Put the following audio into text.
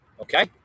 Okay